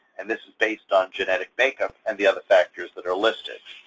and this is based on genetic makeup and the other factors that are listed.